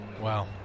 Wow